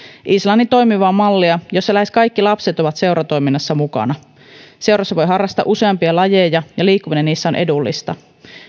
islannin toimivaa mallia jossa lähes kaikki lapset ovat seuratoiminnassa mukana seurassa voi harrastaa useampia lajeja ja liikkuminen niissä on edullista